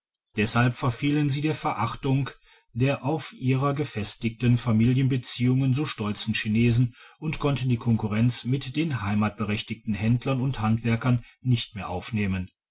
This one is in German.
deshalb verfielen sie der verachtung der auf ihre gefestigten familienbeziehungen so stolzen chinesen und konnten die konkurrenz mit den heimatberechtigten händlern und handwerkern nicht mehr aufnehmen